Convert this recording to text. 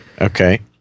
Okay